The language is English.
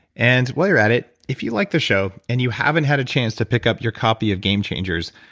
and while you're at it, if you like the show, and you haven't had a chance to pick up your copy of game changers,